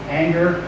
anger